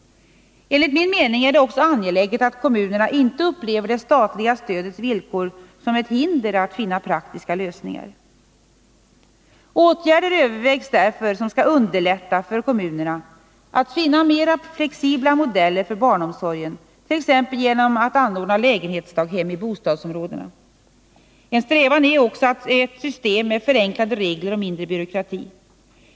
Enligt min mening är det också angeläget att kommunerna inte upplever det statliga stödets villkor som ett hinder för att finna praktiska lösningar. Åtgärder övervägs därför som skall underlätta för kommunerna att finna mer flexibla modeller för barnomsorgen, t.ex. genom att anordna lägenhetsdag hem i bostadsområden. En strävan är också att få ett system med förenklade regler och mindre byråkrati.